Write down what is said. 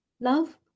love